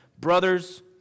Brothers